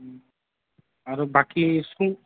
আৰু বাকী